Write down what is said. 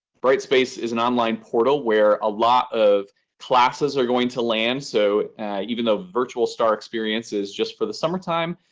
bright space is an online portal where a lot of classes are going to land. so even though virtual star experience is just for the summertime,